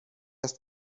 است